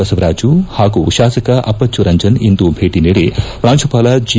ಬಸವರಾಜು ಹಾಗೂ ಶಾಸಕ ಅಪ್ಪಟ್ಟು ರಂಜನ್ ಇಂದು ಭೇಟಿ ನೀಡಿ ಪ್ರಾಂಶುಪಾಲ ಜಿ